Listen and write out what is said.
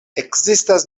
ekzistas